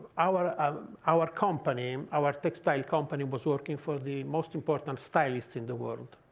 our um our company, our textile company, was working for the most important and stylists in the world.